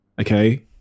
okay